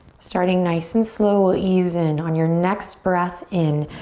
starting nice and slow we'll ease in. on your next breath in,